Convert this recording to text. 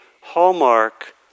hallmark